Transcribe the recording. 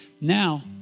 Now